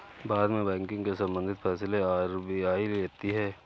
भारत में बैंकिंग से सम्बंधित फैसले आर.बी.आई लेती है